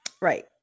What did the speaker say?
right